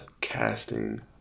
casting